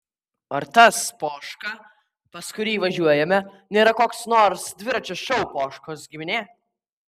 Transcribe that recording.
ar tas poška pas kurį važiuojame nėra koks nors dviračio šou poškos giminė